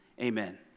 Amen